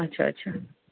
ଆଚ୍ଛା ଆଚ୍ଛା